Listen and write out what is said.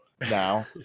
now